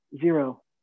zero